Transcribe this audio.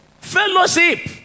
Fellowship